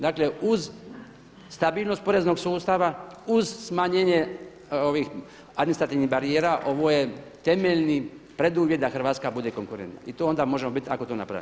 Dakle uz stabilnost poreznog sustava, uz smanjenje administrativnih barijera ovo je temeljni preduvjet da Hrvatska bude konkurentna i to onda možemo biti ako to napravimo.